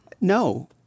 No